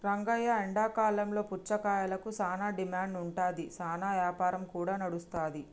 రంగయ్య ఎండాకాలంలో పుచ్చకాయలకు సానా డిమాండ్ ఉంటాది, సానా యాపారం కూడా నడుస్తాది